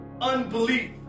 unbelief